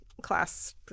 class